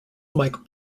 mike